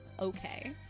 Okay